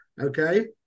Okay